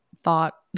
thought